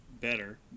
better